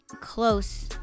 close